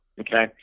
okay